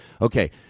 Okay